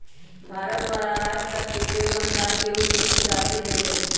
भारत द्वारा राज सभके सेहो अनुदान के रूप में कुछ राशि देल जाइ छइ